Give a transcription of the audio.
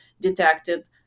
detected